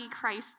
Christ